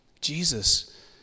Jesus